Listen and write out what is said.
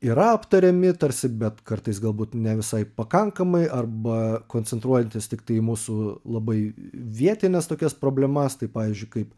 yra aptariami tarsi bet kartais galbūt ne visai pakankamai arba koncentruojantis tiktai į mūsų labai vietines tokias problemas tai pavyzdžiui kaip